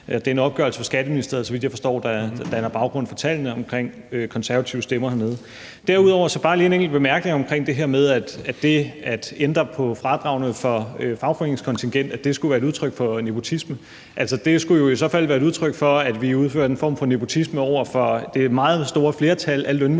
Det er en opgørelse fra Skatteministeriet, så vidt jeg forstår, der danner baggrund for tallene omkring konservative stemmer hernede. Derudover bare lige en enkelt bemærkning om det her med, at det at ændre på fradragene for fagforeningskontingent skulle være et udtryk for nepotisme: Det skulle jo i så fald være et udtryk for, at vi udførte en form for nepotisme over for det meget store flertal af lønmodtagere